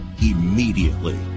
immediately